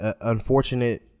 unfortunate